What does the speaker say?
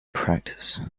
practice